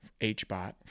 HBOT